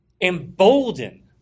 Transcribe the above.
embolden